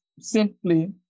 simply